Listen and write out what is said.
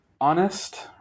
honest